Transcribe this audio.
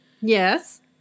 Yes